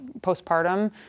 postpartum